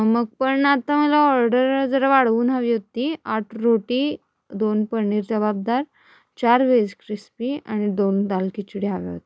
मग पण आता मला ऑर्डर जरा वाढवून हवी होती आठ रोटी दोन पनीर लबाबदार चार व्हेज क्रिस्पी आणि दोन दाल खिचडी हव्या होत्या